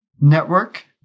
network